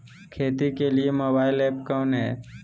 खेती के लिए मोबाइल ऐप कौन है?